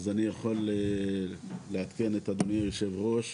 אז אני יכול לעדכן את אדוני יושב הראש,